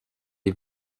est